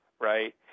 right